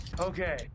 Okay